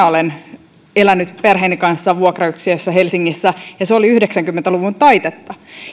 olen elänyt perheeni kanssa vuokrayksiössä helsingissä ja se oli yhdeksänkymmentä luvun taitetta